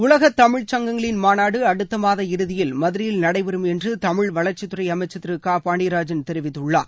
உலக தமிழ் சங்கங்களின் மாநாடு அடுத்த மாத இறுதியில் மதுரையில் நடைபெறும் என்று தமிழ் வளர்ச்சித்துறை அமைச்சர் திரு க பாண்டியராஜன் தெரிவித்துள்ளார்